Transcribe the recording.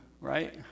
right